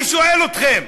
אני שואל אתכם.